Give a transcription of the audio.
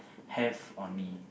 have on me